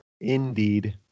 Indeed